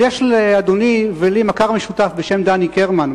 יש לאדוני ולי מכר משותף בשם דני קרמן,